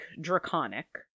Draconic